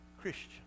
Christian